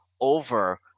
over